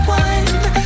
one